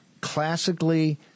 classically